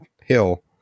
hill